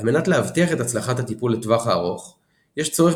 על מנת להבטיח את הצלחת הטיפול לטווח האורך יש צורך